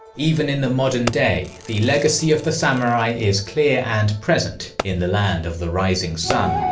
even in the modern day, the legacy of the samurai is clear and present in the land of the rising sun.